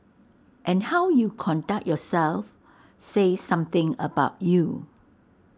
and how you conduct yourself say something about you